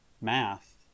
math